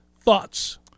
Thoughts